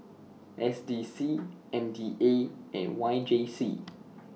S D C M D A and Y J C